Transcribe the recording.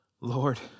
Lord